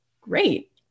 Great